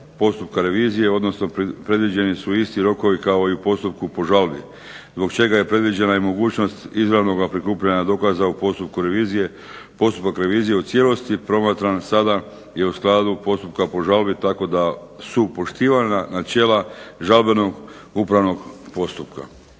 postupka revizije, odnosno predviđeni su isti rokovi kao i u postupku po žalbi zbog čega je predviđena i mogućnost izravnoga prikupljanja dokaza u postupku revizije. Postupak revizije u cijelosti promatran sada je u skladu postupka po žalbi tako da su poštivana načela žalbenog upravnog postupka.